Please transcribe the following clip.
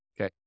Okay